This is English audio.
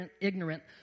ignorant